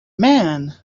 man